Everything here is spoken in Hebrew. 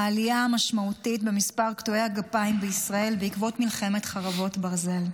העלייה המשמעותית במספר קטועי גפיים בישראל בעקבות מלחמת חרבות ברזל.